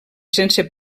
sense